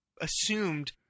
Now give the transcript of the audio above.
assumed